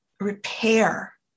repair